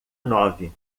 nove